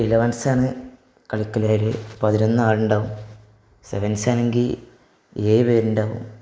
ഇലവന്സാണ് കളിക്കലു പതിനൊന്ന് ആളുണ്ടാവും സെവൻസാണെങ്കില് ഏഴ് പേരുണ്ടാവും